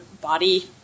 body